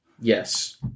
Yes